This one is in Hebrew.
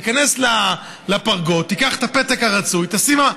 תיכנס לפרגוד, תיקח את הפתק הרצוי ותשים.